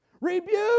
Rebuke